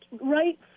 right